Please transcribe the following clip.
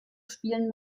spielen